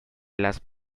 las